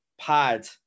pad